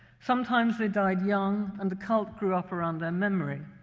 sometimes they died young, and the cult grew up around their memory.